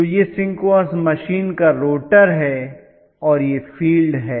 तो यह synchronous machine का रोटर है और यह फ़ील्ड है